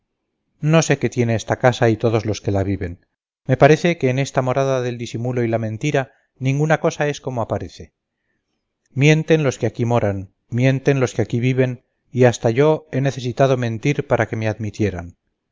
no sé qué tiene esta casa y todos los que la viven me parece que en esta morada del disimulo y la mentira ninguna cosa es como aparece mienten los que aquí moran mienten los que aquí viven y hasta yo he necesitado mentir para que me admitieran